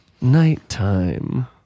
Nighttime